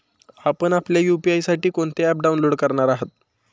आपण आपल्या यू.पी.आय साठी कोणते ॲप डाउनलोड करणार आहात?